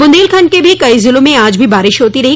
बुन्देलखंड के भी कई जिलों में आज भी बारिश होती रही